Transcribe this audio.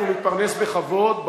הוא מתפרנס בכבוד,